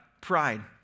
pride